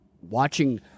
watching